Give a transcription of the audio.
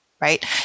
Right